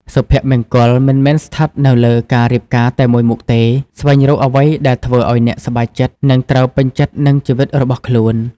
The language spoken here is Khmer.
សុភមង្គលមិនមែនស្ថិតនៅលើការរៀបការតែមួយមុខទេ ស្វែងរកអ្វីដែលធ្វើឲ្យអ្នកសប្បាយចិត្ត និងត្រូវពេញចិត្តនឹងជីវិតរបស់ខ្លួន ។